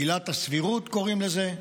עילת הסבירות קוראים לזה,